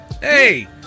Hey